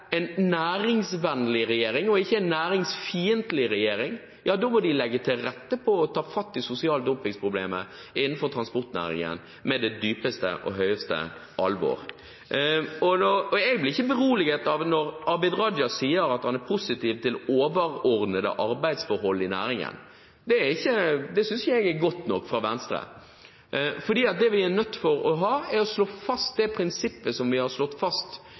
en næringsvennlig regjering og ikke en næringsfiendtlig regjering, må den legge til rette for å ta fatt i problemet med sosial dumping innenfor transportnæringen med det dypeste og høyeste alvor. Jeg blir ikke beroliget når Abid Raja sier at han er positiv til de overordnede arbeidsforhold i næringen. Det synes jeg ikke er godt nok fra Venstre. Vi er nødt til å slå fast prinsippet som vi har